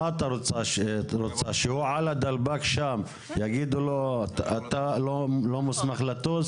את רוצה שכאשר הוא ליד הדלפק שם יגידו לו שהוא לא יכול לטוס.